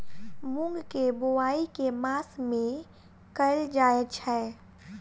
मूँग केँ बोवाई केँ मास मे कैल जाएँ छैय?